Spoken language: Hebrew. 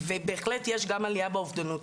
ובהחלט יש גם עליה באובדנות.